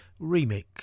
Remix